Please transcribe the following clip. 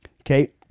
okay